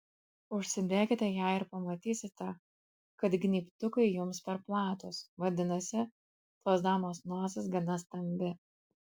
užsidėkite ją ir pamatysite kad gnybtukai jums per platūs vadinasi tos damos nosis gana stambi